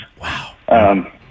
Wow